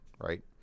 Right